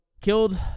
killed